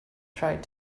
tried